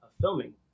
filming